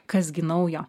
kas gi naujo